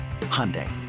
Hyundai